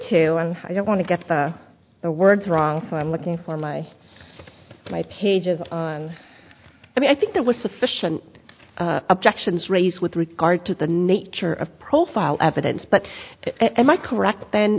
to and i don't want to get the words wrong so i'm looking for my like pages on i mean i think there was sufficient objections raised with regard to the nature of profile evidence but am i correct